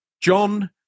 John